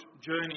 journey